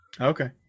okay